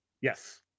Yes